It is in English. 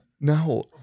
No